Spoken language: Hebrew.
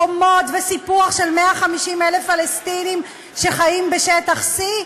חומות וסיפוח של 150,000 פלסטינים שחיים בשטח C?